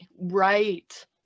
right